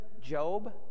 Job